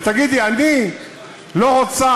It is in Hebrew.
ותגידי: אני לא רוצה,